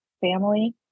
family